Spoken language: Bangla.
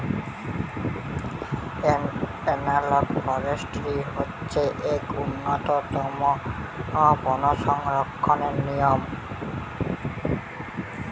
এনালগ ফরেষ্ট্রী হচ্ছে এক উন্নতম বন সংরক্ষণের নিয়ম